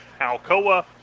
Alcoa